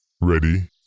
Ready